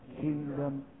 kingdom